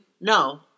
No